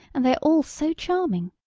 and they are all so charming.